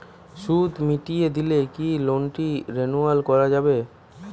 সুদ মিটিয়ে দিলে কি লোনটি রেনুয়াল করাযাবে?